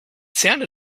sounded